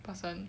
person